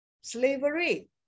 slavery